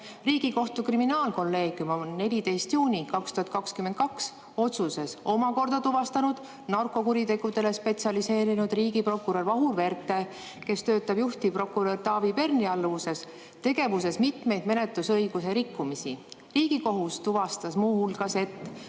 Riigikohtu kriminaalkolleegium 14. juuni 2022. aasta otsuses omakorda tuvastas narkokuritegudele spetsialiseerunud riigiprokurör Vahur Verte tegevuses – ta töötab juhtivprokurör Taavi Perni alluvuses – mitmeid menetlusõiguse rikkumisi. Riigikohus tuvastas muu hulgas, et